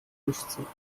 fischzucht